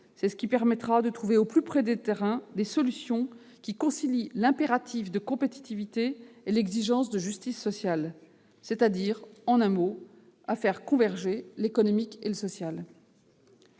C'est ce qui permettra de trouver au plus près du terrain des solutions conciliant l'impératif de compétitivité et l'exigence de justice sociale, c'est-à-dire de faire converger l'économique et le social.